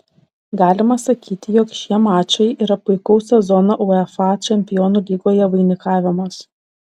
galima sakyti jog šie mačai yra puikaus sezono uefa čempionų lygoje vainikavimas